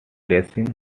dressing